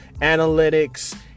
analytics